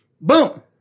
Boom